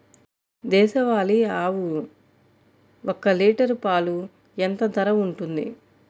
దేశవాలి ఆవులు ఒక్క లీటర్ పాలు ఎంత ధర ఉంటుంది?